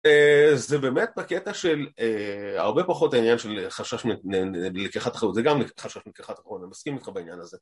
זה באמת בקטע של הרבה פחות העניין של חשש מלקיחת אחריות, זה גם חשש מלקיחת אחריות, אני מסכים איתך בעניין הזה.